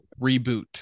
reboot